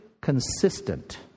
consistent